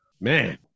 Man